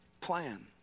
plan